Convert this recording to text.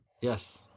Yes